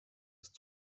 ist